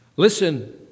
Listen